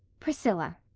priscilla,